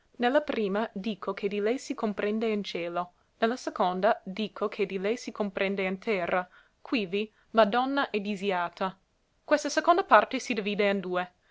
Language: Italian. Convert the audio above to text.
la prima dico che di lei si comprende in cielo ne la seconda dico che di lei si comprende in terra quivi madonna è disiata questa seconda parte si divide in due